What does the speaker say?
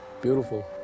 Beautiful